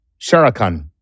Sharakan